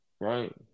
right